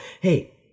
hey